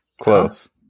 Close